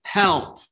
help